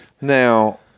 Now